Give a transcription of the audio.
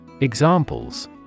Examples